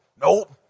nope